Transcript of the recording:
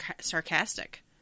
sarcastic